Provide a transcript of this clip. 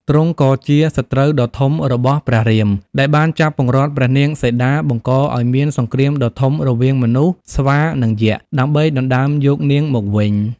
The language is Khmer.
ទ្រង់ក៏ជាសត្រូវដ៏ធំរបស់ព្រះរាម ដែលបានចាប់ពង្រត់ព្រះនាងសីតា បង្កឱ្យមានសង្គ្រាមដ៏ធំរវាងមនុស្ស ស្វា និងយក្ស ដើម្បីដណ្ដើមយកនាងមកវិញ ។